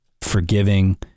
forgiving